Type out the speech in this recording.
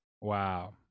Wow